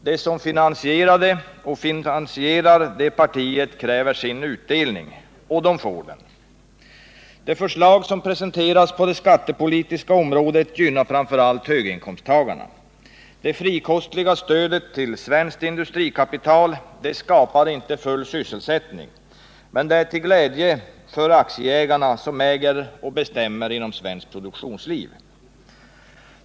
De som finansierade och finansierar detta parti kräver nu sin utdelning — och de får den. De förslag som presenteras på det skattepolitiska området gynnar framför allt höginkomsttagarna. Det frikostiga stödet till svenskt industrikapital skapar inte full sysselsättning men är till glädje för aktieägarna som äger och bestämmer inom svenskt produktionsliv.